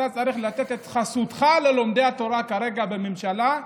אתה צריך לתת את חסותך ללומדי התורה כרגע בממשלה,